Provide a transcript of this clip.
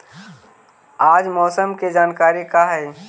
आज मौसम के जानकारी का हई?